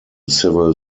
civil